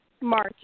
March